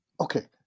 Okay